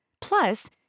Plus